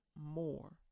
more